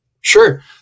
Sure